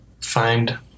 find